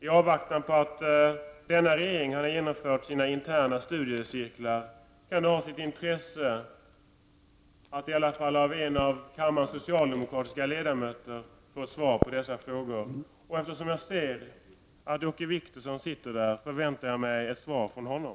I avvaktan på att denna regering har genomfört sina interna studiecirklar kan det ha sitt intresse att i alla fall av en av kammarens socialdemokratiska ledamöter få svar på denna fråga. Eftersom jag ser att Åke Wictorsson sitter här, förväntar jag mig ett svar från honom.